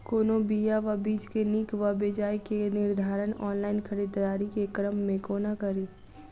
कोनों बीया वा बीज केँ नीक वा बेजाय केँ निर्धारण ऑनलाइन खरीददारी केँ क्रम मे कोना कड़ी?